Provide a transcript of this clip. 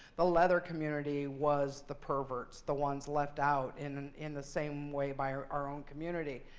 the leather community was the perverts, the ones left out in in the same way by our our own community.